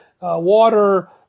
water